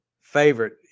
favorite